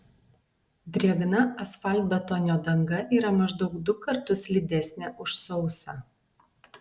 drėgna asfaltbetonio danga yra maždaug du kartus slidesnė už sausą